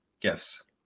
gifts